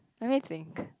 let me think